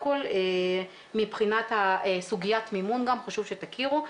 מבחינת סוגיית מימון, חשוב שתכירו.